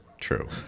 true